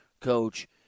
coach